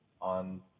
on